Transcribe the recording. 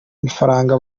mafaranga